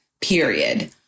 period